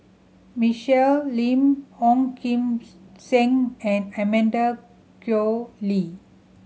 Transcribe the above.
Michelle Lim Ong Kim Seng and Amanda Koe Lee